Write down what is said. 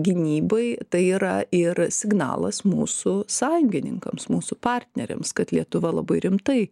gynybai tai yra ir signalas mūsų sąjungininkams mūsų partneriams kad lietuva labai rimtai